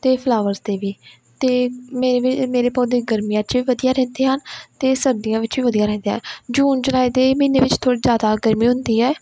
ਅਤੇ ਫਲਾਵਰ ਦੇ ਵੀ ਅਤੇ ਮੇਰੇ ਵੀ ਮੇਰੇ ਪੌਦੇ ਗਰਮੀਆਂ 'ਚ ਵੀ ਵਧੀਆ ਰਹਿੰਦੇ ਹਨ ਅਤੇ ਸਰਦੀਆਂ ਵਿੱਚ ਵੀ ਵਧੀਆ ਰਹਿੰਦੇ ਹੈ ਜੂਨ ਜੁਲਾਈ ਦੇ ਮਹੀਨੇ ਵਿੱਚ ਥੋੜ੍ਹੀ ਜ਼ਿਆਦਾ ਗਰਮੀ ਹੁੰਦੀ ਹੈ